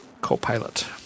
co-pilot